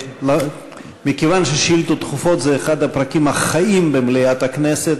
מכיוון ששאילתות דחופות הן אחד הפרקים החיים במליאת הכנסת,